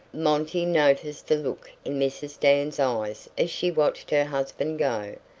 monty noticed the look in mrs. dan's eyes as she watched her husband go,